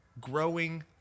growing